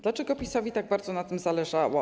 Dlaczego PiS-owi tak bardzo na tym zależało?